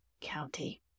County